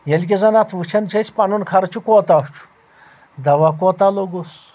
ییٚلہِ کہِ زَن اَتھ وٕچھان چھِ أسۍ پَنُن خرچہِ کوٗتاہ چھُ دوا کوٗتاہ لوٚگُس